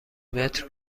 متر